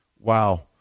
Wow